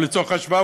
אבל לצורך ההשוואה,